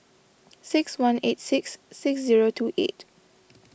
six one eight six six zero two eight